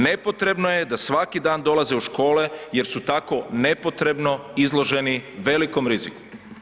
Nepotrebno je da svaki dan dolaze u škole jer su tako nepotrebno izloženi velikom riziku.